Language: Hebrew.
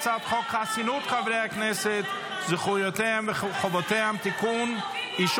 אולי את תהיי שרת הביטחוןף קטי